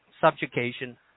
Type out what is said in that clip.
subjugation